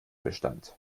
bestand